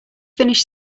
finish